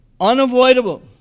unavoidable